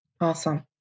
Awesome